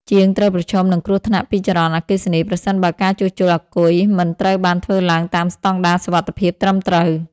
ជាងត្រូវប្រឈមនឹងគ្រោះថ្នាក់ពីចរន្តអគ្គិសនី ប្រសិនបើការជួសជុលអាគុយមិនត្រូវបានធ្វើឡើងតាមស្តង់ដារសុវត្ថិភាពត្រឹមត្រូវ។